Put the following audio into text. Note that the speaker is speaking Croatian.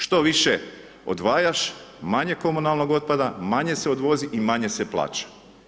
Što više odvajaš manje komunalnog otpada, manje se odvozi i manje se plaća.